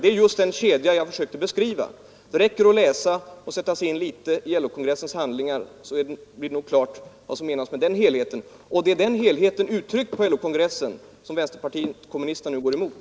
Det är just den kedjan jag har försökt beskriva. Den helheten, uttryckt på LO-kongressen, går vänsterpartiet kommunisterna nu emot.